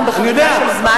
אני יודע.